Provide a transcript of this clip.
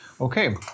Okay